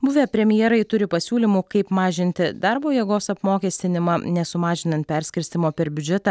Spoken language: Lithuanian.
buvę premjerai turi pasiūlymų kaip mažinti darbo jėgos apmokestinimą nesumažinant perskirstymo per biudžetą